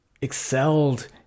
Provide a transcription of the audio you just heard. excelled